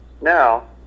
now